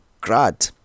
Grad